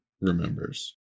remembers